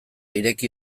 ireki